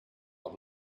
doch